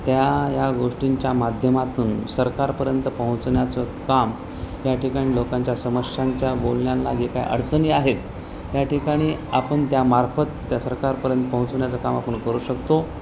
त्या या गोष्टींच्या माध्यमातून सरकारपर्यंत पोहचण्याचं काम या ठिकाणी लोकांच्या समस्यांच्या बोलण्याला जे काय अडचणी आहेत या ठिकाणी आपण त्यामार्फत त्या सरकारपर्यंत पोहोचवण्याचं काम आपण करू शकतो